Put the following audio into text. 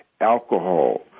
alcohol